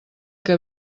que